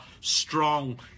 strong